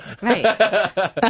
Right